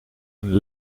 een